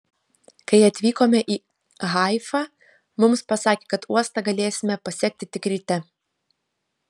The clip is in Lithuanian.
kai atvykome į haifą mums pasakė kad uostą galėsime pasekti tik ryte